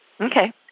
Okay